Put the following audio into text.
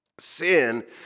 Sin